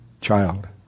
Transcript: child